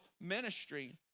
ministry